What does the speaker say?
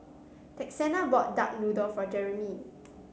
Texanna bought Duck Noodle for Jeramie